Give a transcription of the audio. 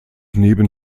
neben